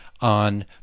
on